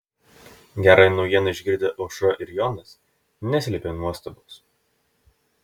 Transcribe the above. gerąją naujieną išgirdę aušra ir jonas neslėpė nuostabos